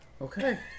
Okay